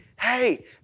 Hey